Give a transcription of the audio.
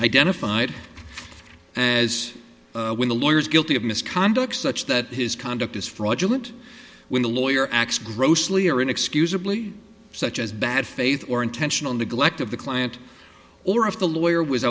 identified as when the lawyer is guilty of misconduct such that his conduct is fraudulent when the lawyer acts grossly or inexcusably such as bad faith or intentional neglect of the client or of the lawyer was